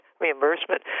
reimbursement